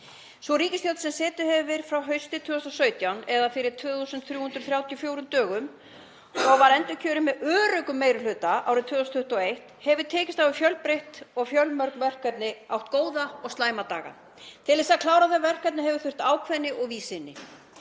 Sú ríkisstjórn sem setið hefur frá því haustið 2017 eða fyrir 2.334 dögum og var endurkjörin með öruggum meiri hluta árið 2021 hefur tekist á við fjölbreytt og fjölmörg verkefni og átt góða og slæma daga. Til að klára það verkefni hefur þurft ákveðni og víðsýni.